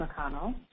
McConnell